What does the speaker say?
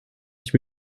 ich